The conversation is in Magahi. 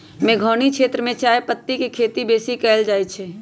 मेघौनी क्षेत्र में चायपत्ति के खेती बेशी कएल जाए छै